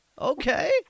Okay